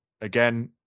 Again